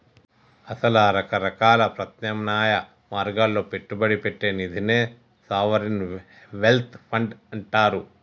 అసల రకరకాల ప్రత్యామ్నాయ మార్గాల్లో పెట్టుబడి పెట్టే నిదినే సావరిన్ వెల్త్ ఫండ్ అంటారు